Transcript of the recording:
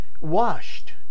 washed